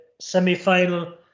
semi-final